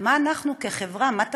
ומה אנחנו כחברה, מה תפקידנו?